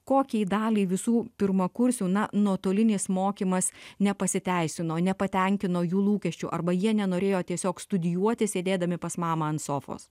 kokiai daliai visų pirmakursių na nuotolinis mokymas nepasiteisino nepatenkino jų lūkesčių arba jie nenorėjo tiesiog studijuoti sėdėdami pas mamą ant sofos